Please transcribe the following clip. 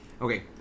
Okay